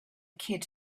kid